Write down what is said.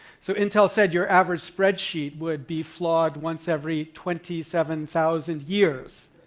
so intel said your average spreadsheet would be flawed once every twenty seven thousand years.